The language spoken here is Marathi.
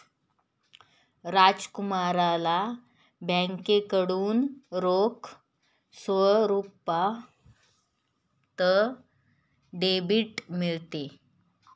राजकुमारला बँकेकडून रोख स्वरूपात डेबिट मिळते